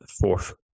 fourth